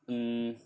mm